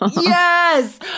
Yes